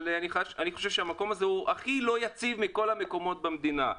אבל אני חושב שהמקום הזה הוא הכי לא יציב מכל המקומות במדינה.